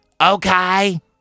Okay